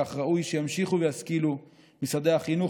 כך ראוי שימשיכו וישכילו משרדי החינוך